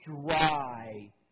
dry